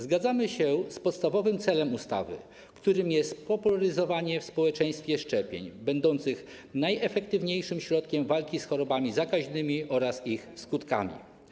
Zgadzamy się z podstawowym celem ustawy, jakim jest popularyzowanie w społeczeństwie szczepień, które są najefektywniejszym środkiem służącym do walki z chorobami zakaźnymi oraz ich skutkami.